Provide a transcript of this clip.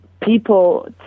people